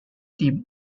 team